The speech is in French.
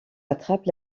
attrape